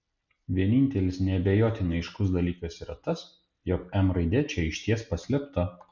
vienintelis neabejotinai aiškus dalykas yra tas jog m raidė čia išties paslėpta